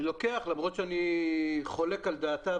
אני לוקח למרות שאני חולק על דעתה.